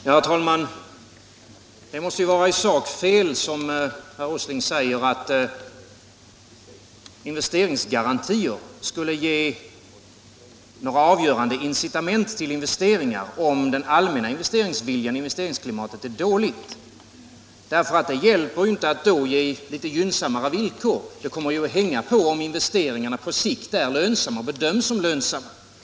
Herr talman! Det måste ju vara i sak fel som herr Åsling säger att investeringsgarantier skulle ge några avgörande incitament till investeringar, om den allmänna investeringsviljan är svag och investeringsklimatet dåligt. Då hjälper det inte att ge litet gynnsammare villkor. Det hänger på om investeringarna på sikt är lönsamma och bedöms som lönsamma.